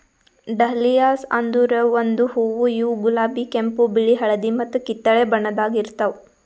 dahlias ಅಂದುರ್ ಒಂದು ಹೂವು ಇವು ಗುಲಾಬಿ, ಕೆಂಪು, ಬಿಳಿ, ಹಳದಿ ಮತ್ತ ಕಿತ್ತಳೆ ಬಣ್ಣದಾಗ್ ಇರ್ತಾವ್